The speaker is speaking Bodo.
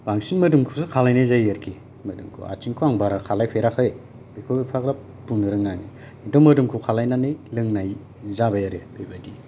बांसिन मोदोमखौसो खालामनाय जायो आरोखि मोदोमखौ आथिंखौ आं बारा खालायफेराखै बेखौ एफाग्राब बुंनो रोङा खिनथु मोदोमखौ खालायनानै लोंनाय जाबाय आरो बेफोर बादि